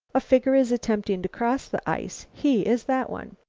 a figure is attempting to cross the ice. he is that one.